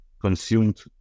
consumed